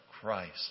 Christ